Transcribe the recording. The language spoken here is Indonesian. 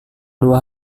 dua